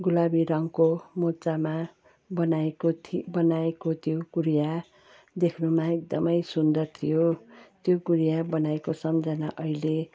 गुलाबी रङको मोजामा बनाएको थि बनाएको त्यो गुडिया देख्नुमा एकदमै सुन्दर थियो त्यो गुडिया बनाएको सम्झना अहिले